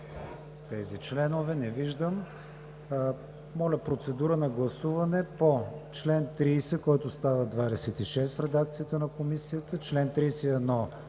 тези членове? Не виждам. Моля, процедура на гласуване по чл. 30, който става чл. 26 в редакцията на Комисията; чл. 31,